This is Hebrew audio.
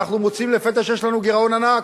אנחנו מוצאים לפתע שיש לנו גירעון ענק.